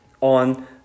on